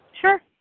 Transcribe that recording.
Sure